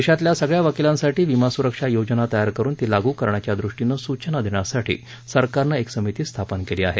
देशातल्या सगळ्या वकिलांसाठी विमा सुरक्षा योजना तयार करून ती लागू करण्याच्या दृष्टीनं सूचना देण्यासाठी सरकारने एक समिती स्थापन केली आहे